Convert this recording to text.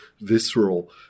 visceral